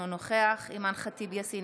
אינו נוכח אימאן ח'טיב יאסין,